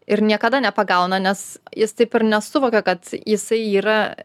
ir niekada nepagauna nes jis taip ir nesuvokia kad jisai yra